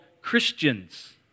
Christians